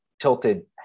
tilted